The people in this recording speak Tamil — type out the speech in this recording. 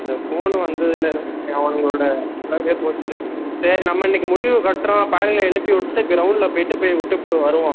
இந்த ஃபோனு வந்ததிலிருந்து அவனுங்களோடய லைஃப்பே போச்சு சரி நம்ம இன்றைக்கு முடிவு கட்டுகிறோம் பயலுங்களை எழுப்பி விட்டுட்டு கிரவுண்டில் போயிட்டு போயி விட்டுவிட்டு வருவோம்